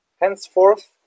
henceforth